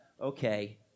okay